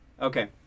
Okay